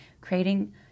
creating